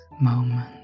moment